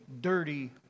dirty